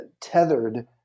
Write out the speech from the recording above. tethered